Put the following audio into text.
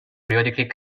periodically